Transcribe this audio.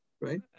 Right